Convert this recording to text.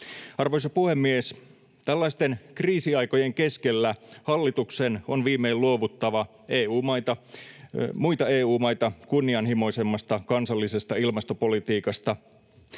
Arvoisa puhemies! Tällaisten kriisiaikojen keskellä hallituksen on viimein luovuttava muita EU-maita kunnianhimoisemmasta kansallisesta ilmastopolitiikasta.